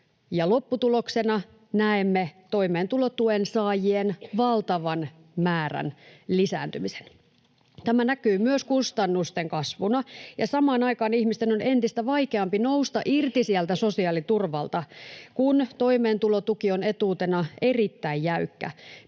lopputuloksena näemme toimeentulotuen saajien valtavan määrän lisääntymisen. Tämä näkyy myös kustannusten kasvuna, ja samaan aikaan ihmisten on entistä vaikeampi nousta irti sieltä sosiaaliturvalta, kun toimeentulotuki on etuutena erittäin jäykkä.